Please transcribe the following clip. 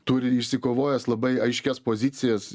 turi išsikovojęs labai aiškias pozicijas